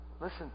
Listen